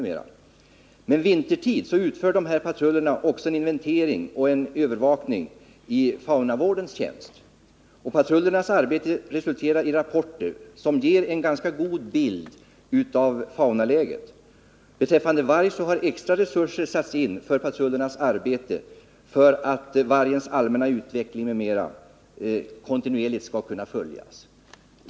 Men vintertid utför dessa patruller också en inventering och övervakning i faunavårdens tjänst. Patrullernas arbete resulterar i rapporter som ger en ganska god bild av faunaläget. Vad beträffar vargen har extra resurser satts in för patrullernas arbete för att vargens allmänna utveckling m.m. kontinuerligt skall kunna följas.